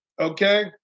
okay